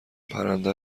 پرنده